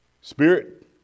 Spirit